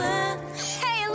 Hey